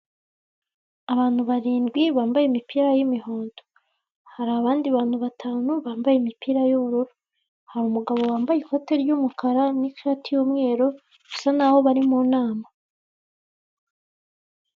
Abantu barindwi bambaye imipira y'imihondo hari abandi batanu bambaye imipira y'ubururu, hari umugabo wambaye ikote ry'umukara ishati y'umweru, bisa nk'aho bari mu inama.